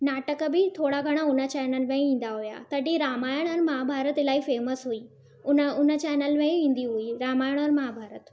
नाटक बि थोरा घणा उन चैनल में ई ईंदा हुया तॾहिं रामायण महाभारत इलाही फेमस हुई उन उन चैनल में ई ईंदी हुई रामायण महाभारत